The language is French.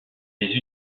ces